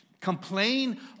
complain